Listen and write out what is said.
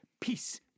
peace